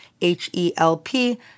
H-E-L-P